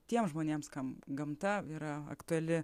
tiems žmonėms kam gamta yra aktuali